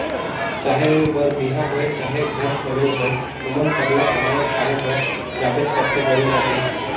चहे ओ बर बिहा होए चहे घर बनई होए ओमन सरलग कमाए खाए बर जाबेच करथे कोनो कती